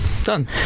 Done